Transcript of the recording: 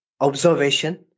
observation